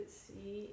see